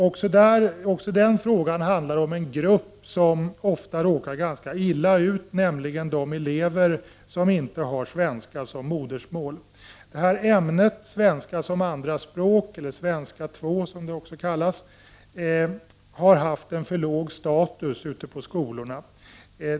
Också den frågan handlar om en grupp som ofta råkar ganska illa ut, nämligen de elever som inte har svenska som modersmål. Svenska som andraspråk, eller svenska 2 som ämnet också kallas, har haft en för låg status ute på skolorna.